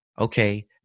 okay